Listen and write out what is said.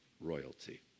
royalty